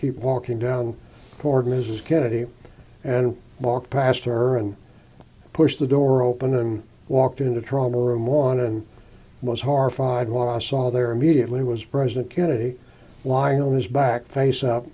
keep walking down toward mrs kennedy and walk past her and pushed the door open and walked into trouble room one and most horrified when i saw there immediately was president kennedy lying on his back face up